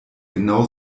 genau